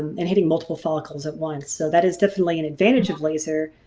and hitting multiple follicles at once. so that is definitely an advantage of laser